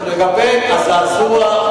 לגבי הזעזוע,